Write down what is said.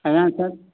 ଆଜ୍ଞା ସାର୍